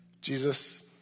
Jesus